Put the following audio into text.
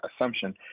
assumption